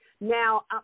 Now